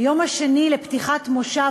היום השני לפתיחת המושב,